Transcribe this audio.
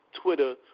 Twitter